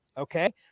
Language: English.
Okay